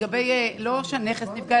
לא שהנכס נפגע,